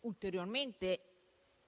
ulteriormente